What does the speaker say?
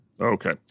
Okay